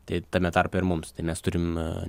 tai tame tarpe ir mums tai mes turim